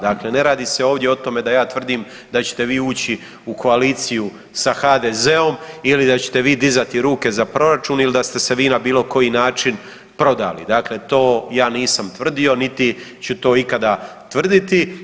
Dakle ne radi se ovdje o tome da ja tvrdim da ćete vi ući u koaliciju sa HDZ-om ili da ćete vi dizati ruke za proračun ili da ste se vi na bilo koji način prodali, dakle to ja nisam tvrdio niti ću to ikada tvrditi.